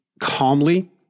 calmly